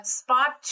spot